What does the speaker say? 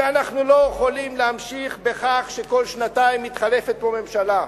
ואנחנו לא יכולים להמשיך בכך שכל שנתיים מתחלפת פה ממשלה.